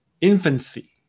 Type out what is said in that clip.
infancy